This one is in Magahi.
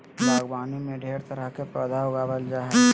बागवानी में ढेर तरह के पौधा उगावल जा जा हइ